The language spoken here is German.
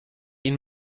ihn